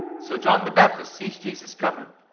so john the baptist sees jesus coming.